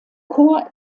chor